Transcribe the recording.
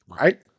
Right